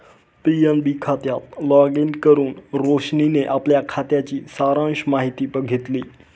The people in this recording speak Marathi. पी.एन.बी खात्यात लॉगिन करुन रोशनीने आपल्या खात्याची सारांश माहिती बघितली